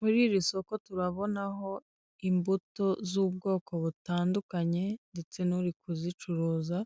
Muri iri soko turabonaho imbuto z'ubwoko butandukanye ndetse n'uri kuzicuruza,